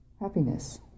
happiness